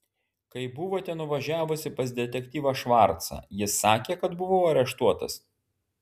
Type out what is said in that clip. kai buvote nuvažiavusi pas detektyvą švarcą jis sakė kad buvau areštuotas